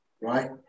right